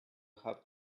have